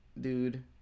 dude